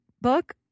book